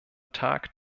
tag